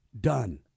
done